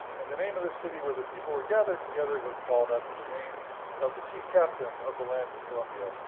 and the name of the city where the people were gathered together was called after the name of the chief captain of the land of of columbia,